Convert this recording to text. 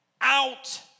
out